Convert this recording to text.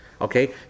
Okay